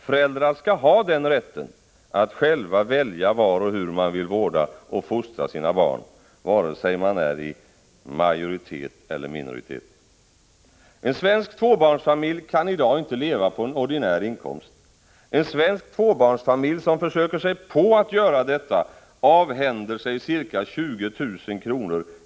Föräldrar skall ha rätten att själva välja var och hur man vill vårda och fostra sina barn, vare sig man är i majoritet eller minoritet. En svensk tvåbarnsfamilj kan i dag inte leva på en ordinär inkomst. En svensk tvåbarnsfamilj som försöker sig på att göra detta avhänder sig ca 20 000 kr.